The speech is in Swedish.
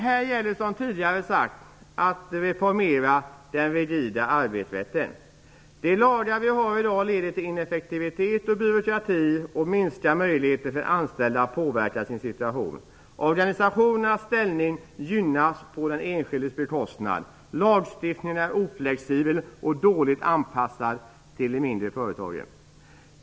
Här gäller det, som tidigare har sagts, att reformera den rigida arbetsrätten. De lagar vi har i dag leder till ineffektivitet och byråkrati och minskade möjligheter för anställda att påverka sin situation. Organisationernas ställning gynnas på den enskildes bekostnad. Lagstiftningen är inte flexibel, och den är dåligt anpassad till de mindre företagen.